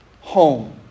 home